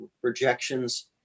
projections